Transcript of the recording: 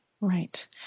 Right